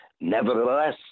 Nevertheless